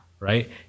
Right